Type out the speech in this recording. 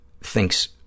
thinks